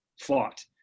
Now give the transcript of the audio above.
fought